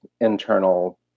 internal